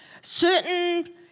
certain